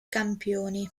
campioni